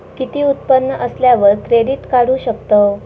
किती उत्पन्न असल्यावर क्रेडीट काढू शकतव?